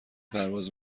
پرواز